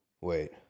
Wait